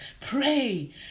pray